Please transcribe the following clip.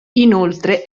inoltre